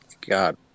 God